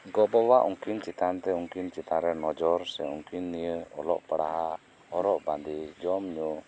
ᱜᱚ ᱵᱟᱵᱟ ᱩᱱᱠᱤᱱ ᱪᱮᱛᱟᱱ ᱥᱮ ᱩᱱᱠᱤᱱ ᱪᱮᱛᱟᱱ ᱨᱮ ᱱᱚᱡᱚᱨ ᱥᱮ ᱩᱱᱠᱤᱱ ᱱᱤᱭᱮ ᱚᱞᱚᱜ ᱯᱟᱲᱦᱟᱜ ᱦᱚᱨᱚᱜ ᱵᱟᱸᱫᱮ ᱡᱚᱢ ᱧᱩ